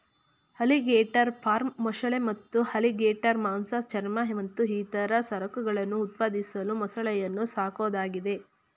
alligator farm ಮೊಸಳೆ ಮತ್ತು alligator ಮಾಂಸ ಚರ್ಮ ಮತ್ತು ಇತರ ಸರಕುಗಳನ್ನು ಉತ್ಪಾದಿಸಲು ಮೊಸಳೆಯನ್ನು ಸಾಕೋದಾಗಿದೆ